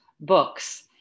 books